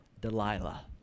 Delilah